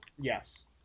yes